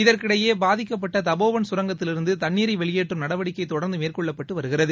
இதற்கிடையேபாதிக்கப்பட்டப்போவன் சுரங்கத்திலிருந்துதண்ணீரைவெளியேற்றும் நடவடிக்கைதொடர்ந்துமேற்கொள்ளப்பட்டுவருகிறது